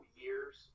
years